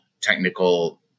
technical